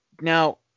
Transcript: now